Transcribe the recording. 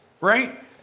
Right